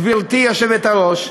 גברתי היושבת-ראש,